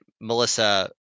Melissa